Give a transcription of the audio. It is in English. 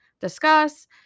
discuss